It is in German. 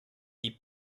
die